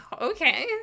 okay